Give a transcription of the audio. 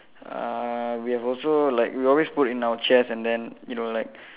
uh we have also like we always put in our chest and then it will like